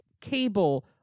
Cable